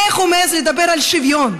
איך הוא מעז לדבר על שוויון?